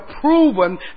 proven